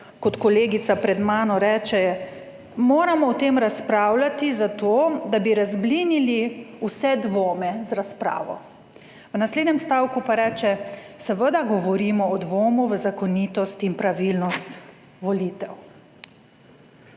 kot kolegica pred mano, reče, moramo o tem razpravljati zato, da bi razblinili vse dvome z razpravo, v naslednjem stavku pa reče, seveda govorimo o dvomu v zakonitost in pravilnost volitev.